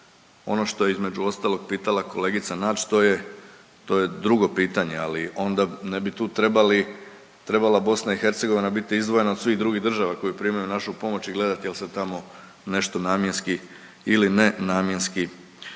ono što je između ostalog pitala kolegica Nađ to je drugo pitanje, ali onda ne bi tu trebali, trebala BiH biti izdvojena od svih drugih država koje primaju našu pomoć i gledati jel se tamo nešto namjenski ili nenamjenski